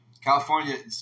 California